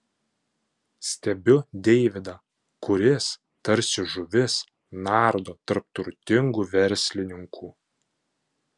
stebiu deividą kuris tarsi žuvis nardo tarp turtingų verslininkų